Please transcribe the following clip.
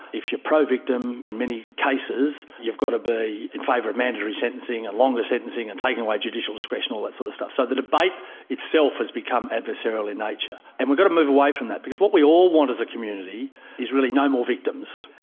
if you are pro-victim, in many cases you've got to be in favour of mandatory sentencing and longer sentencing and taking away judicial discretion, all that sort of stuff. so the debate itself has become adversarial in nature, and we've got to move away from that, because what we all want as a community is really no more victims.